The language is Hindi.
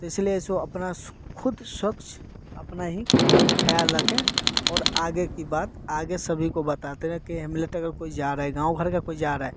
तो इसलिए ऐसा अपना खुद सब अपना ही खुद ख्याल रखें और आगे की बात आगे सभी को बताते रहे कि हेमलेट को जा रहा है गाँव घर का कोई जा रहा है